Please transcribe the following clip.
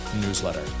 newsletter